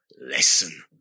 listen